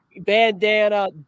bandana